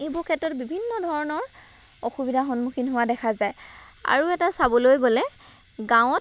এইবোৰ ক্ষেত্ৰত বিভিন্ন ধৰণৰ অসুবিধাৰ সন্মুখীন হোৱা দেখা যায় আৰু এটা চাবলৈ গ'লে গাঁৱত